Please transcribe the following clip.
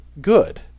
good